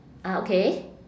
ah okay